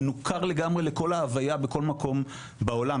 מנוכר לגמרי לכל ההוויה בכל מקום בעולם,